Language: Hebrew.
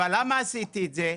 אבל למה עשיתי את זה?